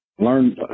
Learn